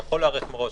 יכול להיערך מראש,